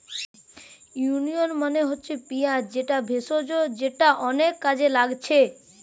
onion মানে হচ্ছে পিঁয়াজ যেটা ভেষজ যেটা অনেক কাজে লাগছে